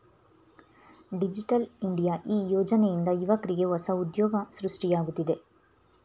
digital India ಈ ಯೋಜನೆಯಿಂದ ಯುವಕ್ರಿಗೆ ಹೊಸ ಉದ್ಯೋಗ ಸೃಷ್ಟಿಯಾಗುತ್ತಿದೆ